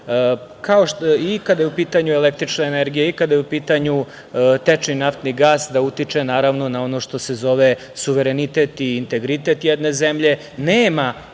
i kada je u pitanju električna energija i kada je u pitanju tečni naftni gas, da utiče na ono što se zove suverenitet i integritet jedne zemlje. Nema